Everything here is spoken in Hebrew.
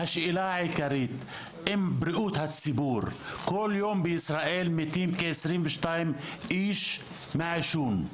השאלה העיקרית אם בריאות הציבור כל יום בישראל מתים כ-22 איש מהעישון.